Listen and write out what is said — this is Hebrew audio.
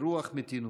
ברוח מתינות.